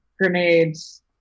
grenades